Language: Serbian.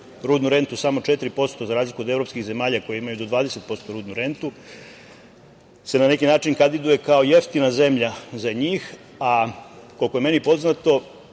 rudnu rentu samo 4% za razliku od evropskih zemalja koje imaju do 20% rudnu rentu se na neki način kandiduje kao jeftina zemlja za njih. Koliko je meni poznato